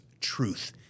truth